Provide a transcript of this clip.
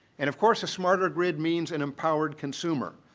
and, of course, a smarter grid means an empowered consumer.